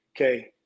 Okay